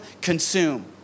consume